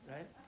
Right